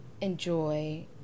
enjoy